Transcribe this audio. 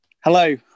Hello